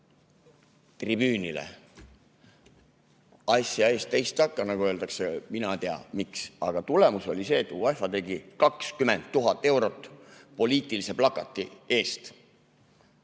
tribüünile. Asja ees, teist takka, nagu öeldakse. Mina ei tea, miks. Aga tulemus oli see, et UEFA tegi 20 000 eurot [trahvi] poliitilise plakati eest.